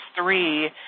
three